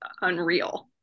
unreal